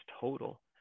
total